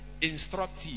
instructive